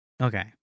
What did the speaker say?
Okay